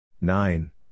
nine